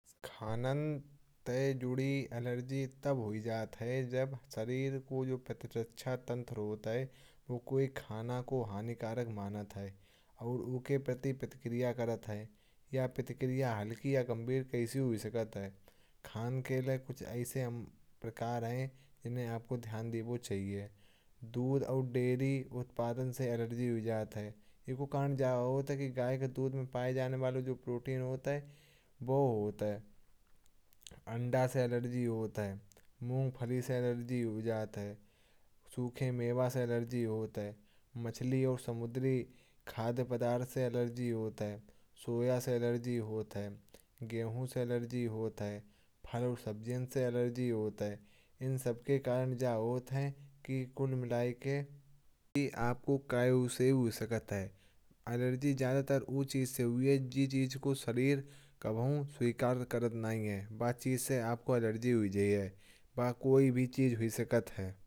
खाने से जुड़ी एलर्जी तब होती है जब शरीर का जो प्रतिरक्षा तंत्र होता है। वो कोई खाना को हानिकारक मानता है और उनके प्रति प्रतिक्रिया दिखाता है। यह प्रतिक्रिया हल्की या गंभीर हो सकती है। खाने के लिए कुछ ऐसे प्रकार हैं जिन्हें आपको ध्यान देना चाहिए। दूध और डेयरी उत्पादन से एलर्जी हो सकती है। एक वजह यह होती है कि गाय के दूध में पाए जाने वाले जो प्रोटीन होते हैं। उनसे एलर्जी हो सकती है अंडा से एलर्जी होती है। मूंगफली से एलर्जी हो सकती है सूखे मेवे से एलर्जी हो सकती है। मछली और समुद्री खाद्य पदार्थ से एलर्जी होती है सोया से एलर्जी होती है। गेहूं से एलर्जी होती है फल और सब्जियों से एलर्जी हो सकती है। इन सब के कारण यह होता है कि कुल मिलाकर आपको किसी भी चीज से हो सकती है। एलर्जी ज्यादातर उस चीज से होती है जिसे शरीर अपना स्वीकार नहीं करता। उस चीज से आपको एलर्जी हो सकती है। वो कोई भी चीज हो सकती है।